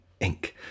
inc